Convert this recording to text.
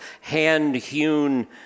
hand-hewn